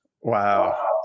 Wow